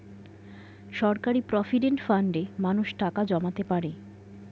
সরকারি প্রভিডেন্ট ফান্ডে মানুষ টাকা জমাতে পারে